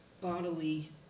bodily